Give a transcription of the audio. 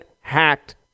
hacked